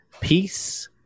Peace